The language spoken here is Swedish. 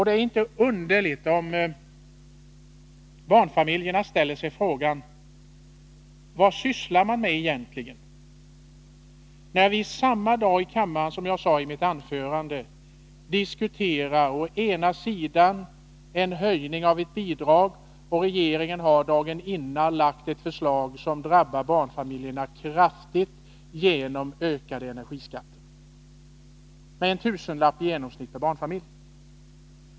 Det är inte underligt om barnfamiljerna frågar sig vad man egentligen sysslar med, när vi i kammaren diskuterar en höjning av ett bidrag och regeringen dagen innan har lagt fram ett förslag som drabbar barnfamiljerna kraftigt genom ökade energiskatter med en tusenlapp i genomsnitt.